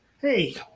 hey